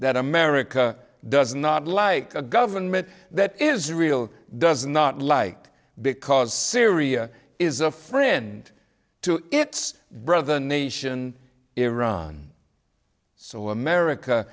that america does not like a government that israel does not like because syria is a friend to its brother nation iran so america